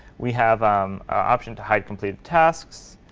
we have our option to hide complete tasks,